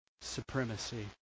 supremacy